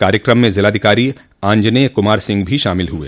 कार्यकम में ज़िलाधिकारी आंजनेय कुमार सिंह भी शामिल हुए